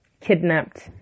kidnapped